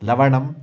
लवणम्